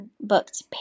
booked